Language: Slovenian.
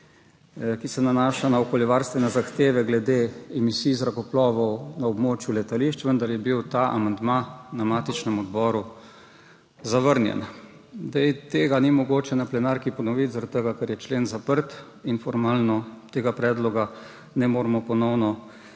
ki se nanaša na okoljevarstvene zahteve glede emisij zrakoplovov na območju letališč, vendar je bil ta amandma na matičnem odboru zavrnjen. Tega ni mogoče na plenarki ponoviti zaradi tega, ker je člen zaprt in formalno tega predloga ne moremo ponovno